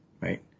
right